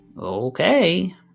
Okay